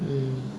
mm